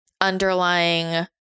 underlying